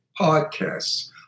podcasts